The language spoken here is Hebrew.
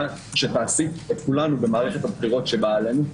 שתעסיק את כולנו במערכת הבחירות שבאה עלינו.